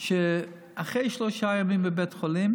שאחרי שלושה ימים בבית חולים,